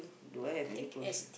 do I have any close friend